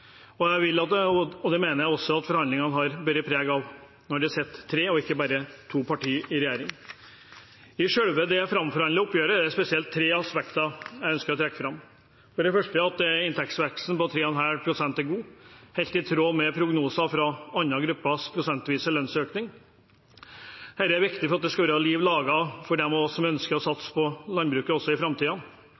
mening. Jeg mener også at forhandlingene har båret preg av at det sitter tre, ikke bare to, partier i regjering. I selve det framforhandlede oppgjøret er det spesielt tre aspekter jeg ønsker å trekke fram, for det første at inntektsveksten på 3,5 pst. er god – og helt i tråd med prognoser fra andre gruppers prosentvise lønnsøkning. Dette er viktig for at det skal være liv laga for dem som ønsker å satse på landbruket også i